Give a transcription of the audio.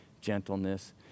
gentleness